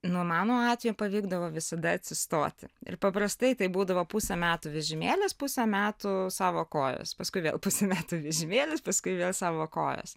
nu mano atveju pavykdavo visada atsistoti ir paprastai tai būdavo pusę metų vežimėlis pusę metų savo kojos paskui vėl pusę metų vežimėlis paskui vėl savo kojos